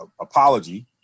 apology